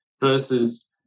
versus